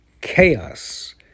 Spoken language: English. chaos